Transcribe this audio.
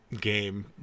game